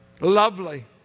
Lovely